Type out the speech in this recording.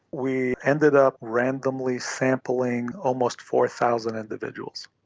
we ended up randomly sampling almost four thousand individuals.